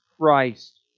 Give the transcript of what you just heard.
Christ